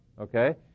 Okay